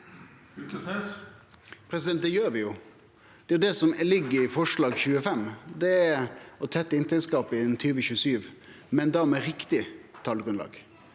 Det gjer vi jo. Det er det som ligg i forslag nr. 25. Det er å tette inntektsgapet innan 2027, men da med riktig talgrunnlag,